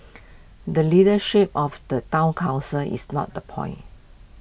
the leadership of the Town Council is not the point